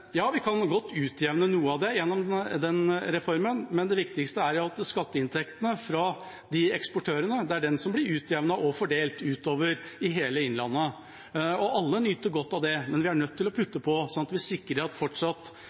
Ja, vi kan godt utjevne noe av det gjennom denne reformen, men det viktigste er at skatteinntektene fra eksportørene blir utjevnet og fordelt utover hele Innlandet. Alle nyter godt av det, men vi er nødt til å putte på, så vi sikrer at fortsatt